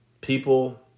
People